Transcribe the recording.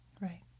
Right